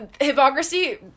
Hypocrisy